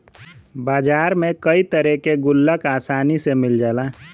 बाजार में कई तरे के गुल्लक आसानी से मिल जाला